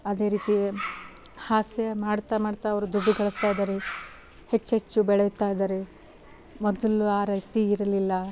ಅದೇ ರೀತಿ ಹಾಸ್ಯ ಮಾಡ್ತಾ ಮಾಡ್ತಾ ಅವರು ದುಡ್ಡು ಗಳಿಸ್ತಾಯಿದ್ದಾರೆ ಹೆಚ್ಚೆಚ್ಚು ಬೆಳೆಯುತ್ತಯಿದ್ದಾರೆ ಮೊದಲು ಆ ರೀತಿ ಇರಲಿಲ್ಲ